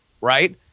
right